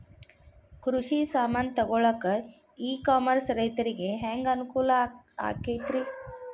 ಕೃಷಿ ಸಾಮಾನ್ ತಗೊಳಕ್ಕ ಇ ಕಾಮರ್ಸ್ ರೈತರಿಗೆ ಹ್ಯಾಂಗ್ ಅನುಕೂಲ ಆಕ್ಕೈತ್ರಿ?